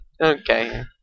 Okay